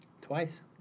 Twice